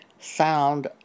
sound